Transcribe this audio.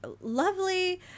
lovely